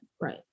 Right